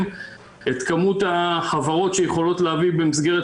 את כמות החברות שיכולות להביא במסגרת